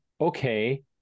okay